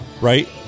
right